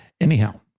Anyhow